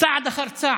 צעד אחר צעד?